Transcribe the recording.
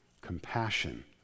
compassion